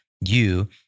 you-